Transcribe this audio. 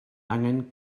angen